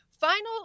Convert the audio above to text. final